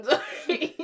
Sorry